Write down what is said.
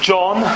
John